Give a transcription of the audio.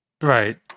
Right